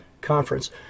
Conference